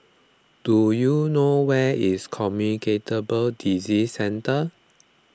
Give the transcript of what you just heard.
do you know where is Communicable Disease Centre